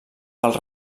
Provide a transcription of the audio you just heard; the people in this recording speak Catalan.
pels